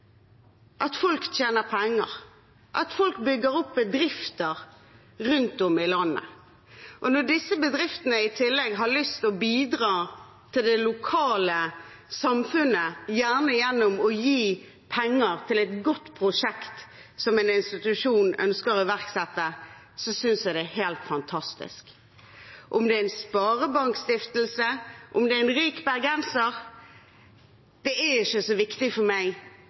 at folk tjener penger, at folk bygger opp bedrifter rundt om i landet. Når disse bedriftene i tillegg har lyst til å bidra til lokalsamfunnet, gjerne gjennom å gi penger til et godt prosjekt som en institusjon ønsker å iverksette, synes jeg det er helt fantastisk. Om det er en sparebankstiftelse, om det er en rik bergenser – det er ikke så viktig for meg.